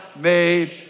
made